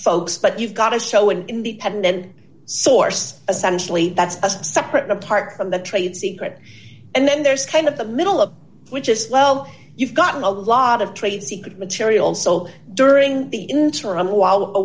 folks but you've got to show an independent source essentially that's separate and apart from the trade secret and then there's kind of the middle of which is well you've gotten a lot of trade secret material so during the